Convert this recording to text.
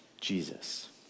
Jesus